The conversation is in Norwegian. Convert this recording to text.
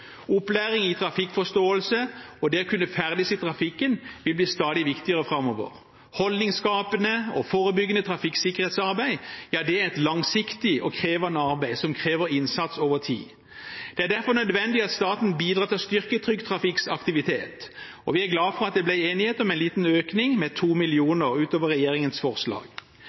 vil bli stadig viktigere framover. Holdningsskapende og forebyggende trafikksikkerhetsarbeid er et langsiktig og krevende arbeid som krever innsats over tid. Det er derfor nødvendig at staten bidrar til å styrke Trygg Trafikks aktivitet, og vi er glad for at det ble enighet om en liten økning på 2 mill. kr utover regjeringens forslag.